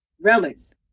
relics